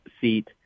seat